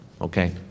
okay